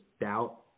doubt